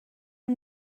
and